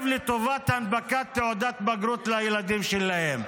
לטובת הנפקת תעודת בגרות לילדים שלהם.